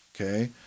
okay